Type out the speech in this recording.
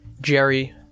Jerry